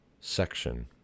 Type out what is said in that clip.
section